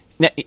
Now